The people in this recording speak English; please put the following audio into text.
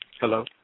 Hello